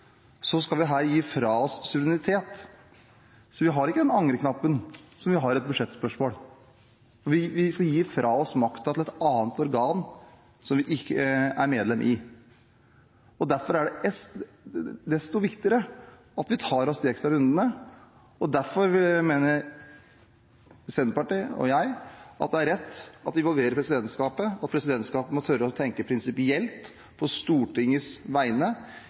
skal vi her gi fra oss suverenitet, så vi har ikke den angreknappen som vi har i budsjettspørsmål. Vi skal gi fra oss makten til et annet organ, som vi ikke er medlem av. Derfor er det desto viktigere at vi tar de ekstra rundene, og derfor mener Senterpartiet og jeg at det er rett at vi involverer presidentskapet, og at presidentskapet må tørre å tenke prinsipielt på Stortingets vegne,